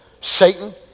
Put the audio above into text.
Satan